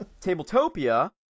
Tabletopia